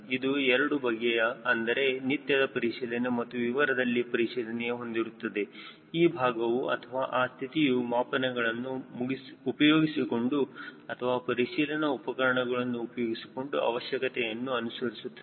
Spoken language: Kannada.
ಇದು ಎರಡು ಬಗೆಯ ಅಂದರೆ ನಿತ್ಯದ ಪರಿಶೀಲನೆ ಮತ್ತು ವಿವರದಲ್ಲಿ ಪರಿಶೀಲನೆಯನ್ನು ಹೊಂದಿರುತ್ತದೆ ಆ ಭಾಗವು ಅಥವಾ ಆ ಸ್ಥಿತಿಯು ಮಾಪನಗಳನ್ನು ಉಪಯೋಗಿಸಿಕೊಂಡು ಅಥವಾ ಪರಿಶೀಲನಾ ಉಪಕರಣಗಳನ್ನು ಉಪಯೋಗಿಸಿಕೊಂಡು ಅವಶ್ಯಕತೆಯನ್ನು ಅನುಸರಿಸುತ್ತದೆ